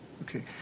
Okay